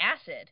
acid